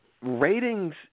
ratings